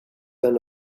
then